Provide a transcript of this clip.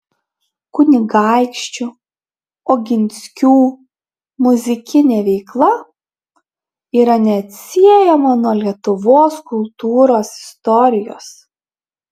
kunigaikščių oginskių muzikinė veikla yra neatsiejama nuo lietuvos kultūros istorijos